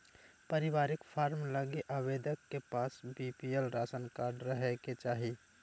पारिवारिक फार्म लगी आवेदक के पास बीपीएल राशन कार्ड रहे के चाहि